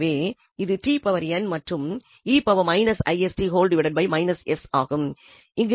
எனவே இது மற்றும் ஆகும்